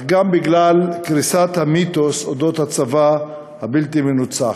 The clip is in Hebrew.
אך גם בגלל קריסת המיתוס של "הצבא הבלתי-מנוצח"